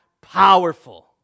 powerful